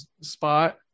spot